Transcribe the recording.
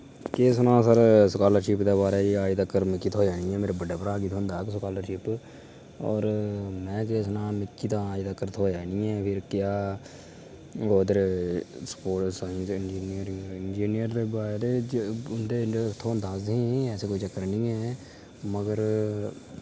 केह् सनां sir scholarship दे बारै च अज तकर मिकी थोआ निं ऐ मेरे बड्डे भ्रा गी थोंह्दा हा स्कालरशिप और में केह् सनां मिकी ते अज तकर थोआ निं ऐ क्या उद्धर इंजीनियर च बी थोह्ंदा असें ऐसा कोई चक्कर निं ऐ मगर